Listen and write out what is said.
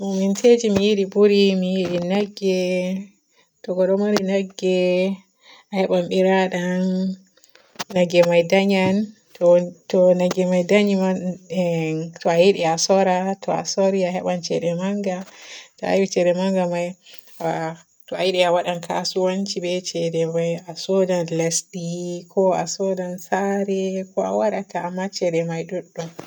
Muminteje mi yiɗi buri mi yiɗi nagge. To godɗo ɗo maari nagge a heban biradam, nagge may danyan. To nagge me danyi man emm to a yiɗi a soora, to a soori a heba ceede manga, to a heba ceede manga may a to a yiɗi a waadan kasuwanci be ceede may. A soodan lesdi ko a soodan saare ko a waadata amma ceede may ɗodɗum.